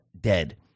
dead